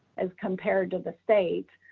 as compared to the state,